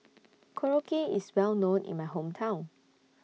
Korokke IS Well known in My Hometown